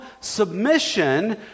submission